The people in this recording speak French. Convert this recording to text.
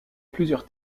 plusieurs